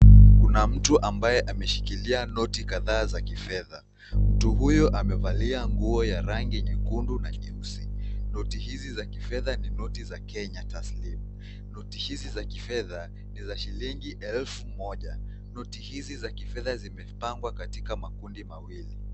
Kuna mtu ambaye ameshikilia noti kadhaa za kifedha. Mtu huyu amevalia nguo ya rangi nyekundu na nyeusi. Noti hizi za kifedha ni noti za Kenya taslim. Noti hizi za kifedha ni za shilingi elfu moja. Noti hizi za kifedha zimepangwa katika makundi mawili.